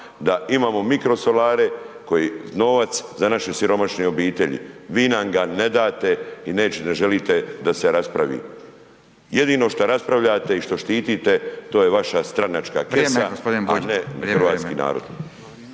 da imamo mikrosolare koji novac za naše siromašne obitelji. Vi nam ga ne date i ne želite da se raspravi. Jedino šta raspravljate i šta štitite to je vaša stranačka kesa a ne hrvatski narod.